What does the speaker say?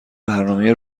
برنامه